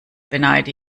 beneide